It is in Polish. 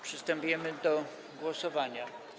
Przystępujemy do głosowania.